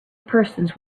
persons